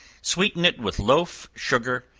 sweeten it with loaf sugar,